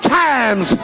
times